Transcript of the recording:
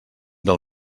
del